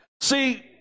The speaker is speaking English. See